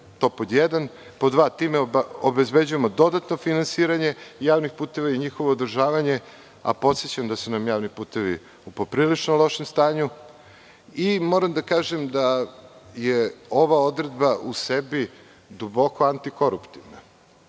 puteve. Pod dva, time obezbeđujemo dodatno finansiranje javnih puteva i njihovo održavanje, a podsećam da su nam javni putevi u poprilično lošem stanju. Moram da kažem da je ova odredba u sebi duboko antikoruptivna.